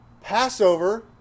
Passover